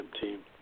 team